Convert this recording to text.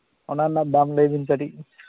ᱚᱱᱟ ᱨᱮᱱᱟᱜ ᱫᱟᱢ ᱞᱟᱹᱭ ᱵᱤᱱ ᱠᱟᱹᱴᱤᱡ